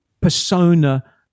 persona